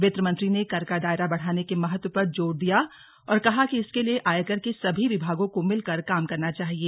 वित्त मंत्री ने कर का दायरा बढ़ाने के महत्व पर जोर दिया और कहा कि इसके लिए आयकर के सभी विभागों को मिलकर काम करना चाहिए